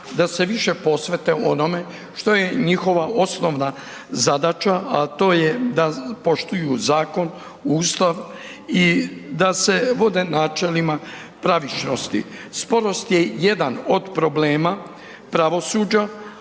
da se više posvete onome što je njihova osnovna zadaća, a to je da poštuju zakon, Ustav i da se vode načelima pravičnosti. Sporost je jedan od problema pravosuđa,